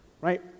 right